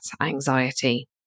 anxiety